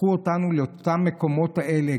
תיקחו אותנו למקומות האלה,